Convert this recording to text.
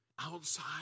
outside